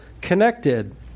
connected